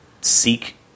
seek